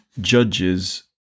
judges